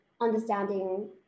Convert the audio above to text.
understanding